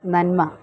നന്മ